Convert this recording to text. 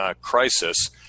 crisis